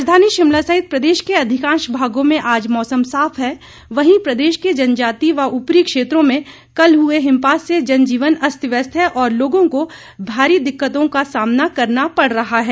राजधानी शिमला सहित प्रदेश के अधिकांश भागों में आज मौसम साफ है वहीं प्रदेश के जनजातीय व ऊपरी क्षेत्रों में कल हुए हिमपात से जनजीवन अस्त व्यस्त है और लोगों को भारी दिक्कतों का सामना करना पड़ रहा है